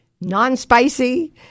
non-spicy